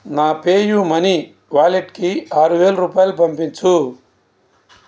నా PayUMoney వాలెట్కి ఆరు వేలు రూపాయలు పంపించు